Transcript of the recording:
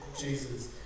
Jesus